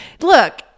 look